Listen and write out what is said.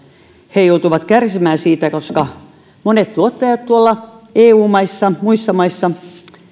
he joutuvat kärsimään siitä koska monet tuottajat tuolla muissa eu maissa